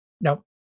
No